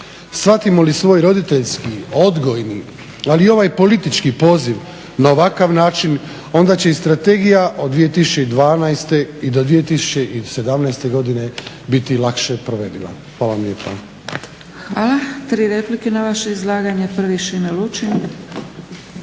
Shvatimo li svoj roditeljski, odgojni, ali i ovaj politički poziv na ovakav način, onda će i strategija od 2012. i do 2017. godine biti lakše provediva. Hvala vam lijepa. **Zgrebec, Dragica (SDP)** Hvala. Tri replike na vaše izlaganje. Prvi Šime Lučin.